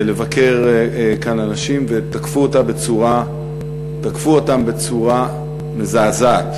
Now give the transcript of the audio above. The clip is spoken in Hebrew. לבקר כאן אנשים, ותקפו אותן בצורה מזעזעת.